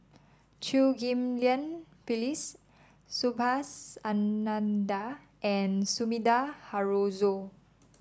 Chew Ghim Lian Phyllis Subhas Anandan and Sumida Haruzo